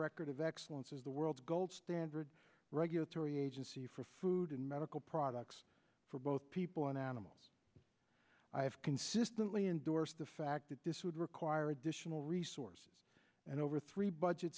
record of excellence as the world's gold standard regulatory agency for food and medical products for both people and animals i have consistently endorsed the fact that this would require additional resources and over three budget